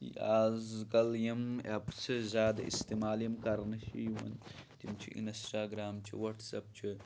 اَزکَل یِم ایپسٕز زیادٕ استعمال یِم کَرنہٕ چھِ یِوان تِم چھِ انَسٹاگرٛم چھِ وَٹٕسیپ چھُ